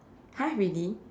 !huh! really